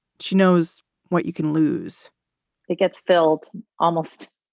she knows what you can lose it gets filled almost.